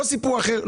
לא סיפור אחר,